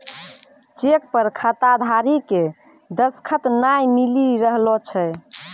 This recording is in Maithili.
चेक पर खाताधारी के दसखत नाय मिली रहलो छै